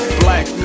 black